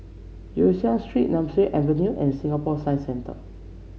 Yong Siak Street Nemesu Avenue and Singapore Science Centre